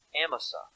Amasa